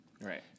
Right